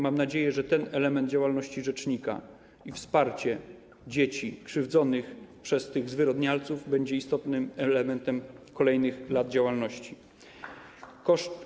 Mam nadzieję, że ten element działalności rzecznika i wsparcie dzieci krzywdzonych przez tych zwyrodnialców będzie istotnym elementem kolejnych lat działalności rzecznika.